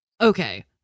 Okay